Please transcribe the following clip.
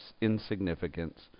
insignificance